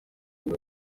muri